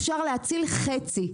אפשר להציל חצי,